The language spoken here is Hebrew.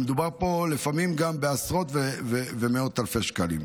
מדובר פה לפעמים גם בעשרות ומאות אלפי שקלים.